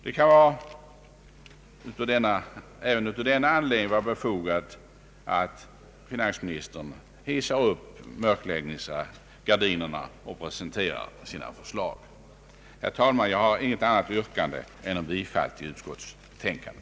Det kan även av denna anledning vara befogat att finansministern hissar upp mörkläggningsgardinerna och presenterar sina förslag. Herr talman! Jag har intet annat yrkande än om bifall till utskottets betänkande.